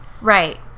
Right